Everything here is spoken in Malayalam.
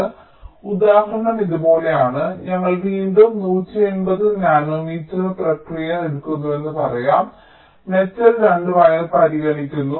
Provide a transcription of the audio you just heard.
അതിനാൽ ഉദാഹരണം ഇതുപോലെയാണ് ഞങ്ങൾ വീണ്ടും 180 നാനോമീറ്റർ പ്രക്രിയ എടുക്കുന്നുവെന്ന് പറയാം ഞങ്ങൾ മെറ്റൽ 2 വയർ പരിഗണിക്കുന്നു